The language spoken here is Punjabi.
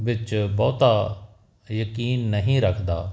ਵਿੱਚ ਬਹੁਤਾ ਯਕੀਨ ਨਹੀਂ ਰੱਖਦਾ